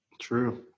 True